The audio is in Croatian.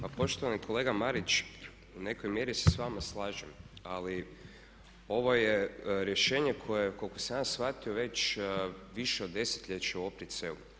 Pa poštovani kolega Marić u nekoj mjeri se s vama slažem ali ovo je rješenje koje je koliko sam ja shvatio već više od desetljeća u opticaju.